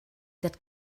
that